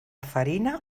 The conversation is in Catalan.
farina